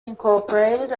incorporated